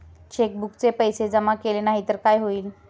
चेकबुकचे पैसे जमा केले नाही तर काय होईल?